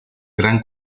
gran